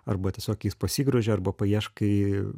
arba tiesiog jais pasigroži arba paieškai